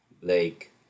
Blake